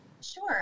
Sure